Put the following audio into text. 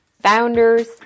founders